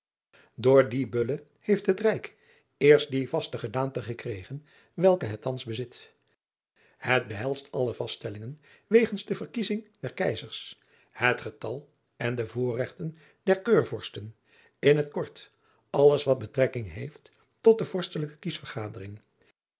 oor die ulle heeft het rijk eerst die vaste gedaante gekregen welke het thans bezit et behelst alle vaststellingen wegens de verkiezing der eizers het getal en de voorregten der eurvorsten in het kort alles wat driaan oosjes zn et leven van aurits ijnslager betrekking heeft tot de orstelijke